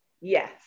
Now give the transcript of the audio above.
Yes